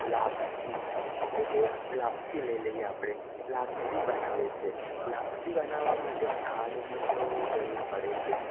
લાપસી એ બે લાપસી લઈ લઈએ આપણે લાપસી બનાવે છે લાપસી બનાવવા માટે ખાંડની તો જરૂર પડે છે